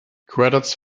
credits